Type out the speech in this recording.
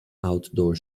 outdoor